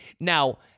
now